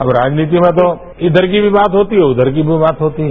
अब राजनीति में तो इयर की भी बात होती है उषर की भी बात होती है